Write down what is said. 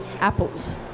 apples